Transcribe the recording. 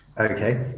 Okay